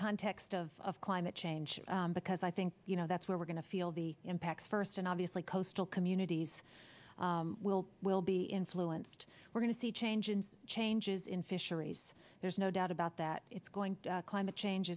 context of climate change because i think you know that's where we're going to feel the impacts first and obviously coastal communities will will be influenced we're going to see change in changes in fisheries there's no doubt about that it's going to climate change